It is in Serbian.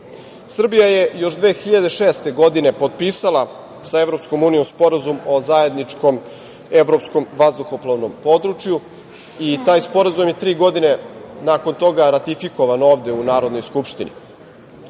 je još 2006. godine potpisala sa Evropskom unijom Sporazum o zajedničkom evropskom vazduhoplovnom području i taj sporazum je tri godine nakon toga ratifikovan ovde u Narodnoj skupštini.